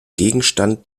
gegenstand